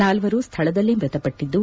ನಾಲ್ವರು ಸ್ಥಳದಲ್ಲೇ ಮೃತಪಟ್ಟಿದ್ದು